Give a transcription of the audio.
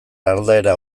aldaera